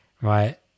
right